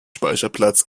speicherplatz